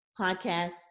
podcast